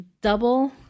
double